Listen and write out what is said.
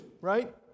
right